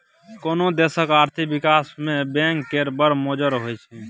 कोनो देशक आर्थिक बिकास मे बैंक केर बड़ मोजर होइ छै